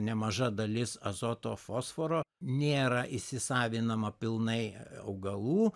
nemaža dalis azoto fosforo nėra įsisavinama pilnai augalų